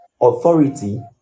authority